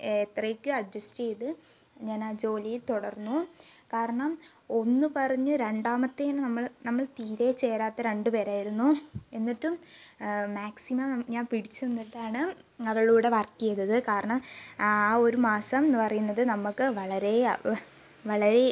എത്രയോക്കെയോ adjust ചെയ്ത് ഞാനാ ജോലിയിൽ തുടർന്നു കാരണം ഒന്ന് പറഞ്ഞ് രണ്ടാമത്തേന് നമ്മള് നമ്മള് തീരെ ചേരാത്ത രണ്ടുപേരായിരുന്നു എന്നിട്ടും മാക്സിമം ഞാൻ പിടിച്ചു നിന്നിട്ടാണ് അവളുടെ കൂടെ വർക്കുചെയ്തത് കാരണം ആ ഒരു മാസം എന്നുപറയുന്നത് നമുക്ക് വളരേ വളരേ